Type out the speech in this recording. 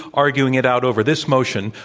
arguing it out over this motion